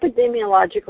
epidemiological